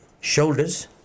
shoulders